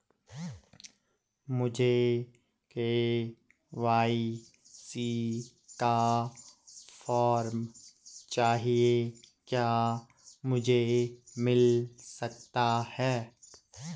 मुझे के.वाई.सी का फॉर्म चाहिए क्या मुझे मिल सकता है?